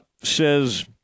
Says